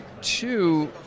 Two